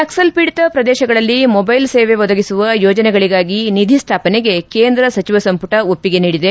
ನಕ್ಕಲ್ ಪೀಡಿತ ಪ್ರದೇಶಗಳಲ್ಲಿ ಮೊಬ್ಲೆಲ್ ಸೇವೆ ಒದಗಿಸುವ ಯೋಜನೆಗಳಿಗಾಗಿ ನಿಧಿ ಸ್ಥಾಪನೆಗೆ ಕೇಂದ್ರ ಸಚಿವ ಸಂಪುಟ ಒಪ್ಪಿಗೆ ನೀಡಿದೆ